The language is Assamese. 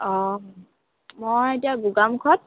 অঁ মই এতিয়া গোগামুখত